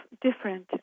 different